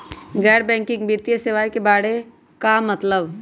गैर बैंकिंग वित्तीय सेवाए के बारे का मतलब?